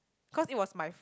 cause it was my